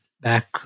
back